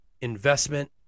Investment